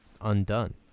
undone